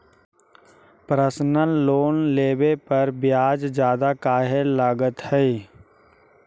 Personal loan लेबे पर ब्याज ज्यादा काहे लागईत है?